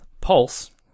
Pulse